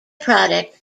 product